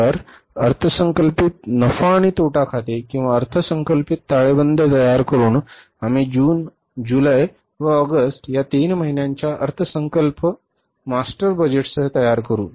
तर अर्थसंकल्पित नफा आणि तोटा खाते किंवा अर्थसंकल्पित ताळेबंद तयार करुन आम्ही जून जुलै व ऑगस्ट या तीन महिन्यांच्या अर्थसंकल्प मास्टर बजेटसह तयार करू